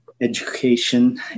education